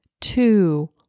two